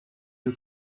you